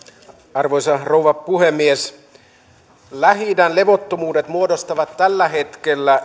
arvoisa rouva puhemies lähi idän levottomuudet muodostavat tällä hetkellä